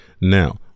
Now